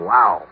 Wow